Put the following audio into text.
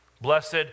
Blessed